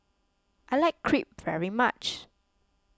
I like Crepe very much